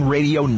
Radio